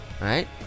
right